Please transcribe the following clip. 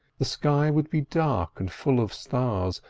the sky would be dark and full of stars,